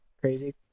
Crazy